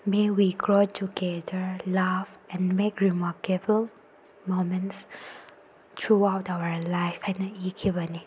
May we grow together laugh and make remarkable moments throughout our life ꯍꯥꯏꯅ ꯏꯈꯤꯕꯅꯤ